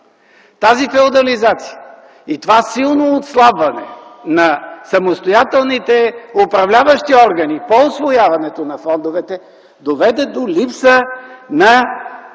Тази феодализация и това силно отслабване на самостоятелните управляващи органи по усвояването на фондовете доведе до липса на